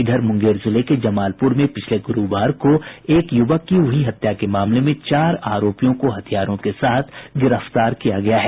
इधर मुंगेर जिले के जमालपुर में पिछले गुरूवार को एक युवक की हुई हत्या के मामले में चार आरोपियों को हथियारों के साथ गिरफ्तार किया गया है